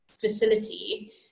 facility